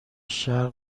شرق